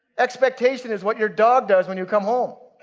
expectation is what your dog does when you come home.